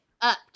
up